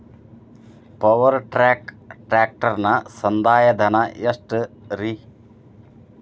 Power track ಟ್ರ್ಯಾಕ್ಟರನ ಸಂದಾಯ ಧನ ಎಷ್ಟ್ ರಿ?